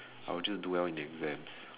I will just do well in the exams